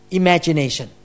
imagination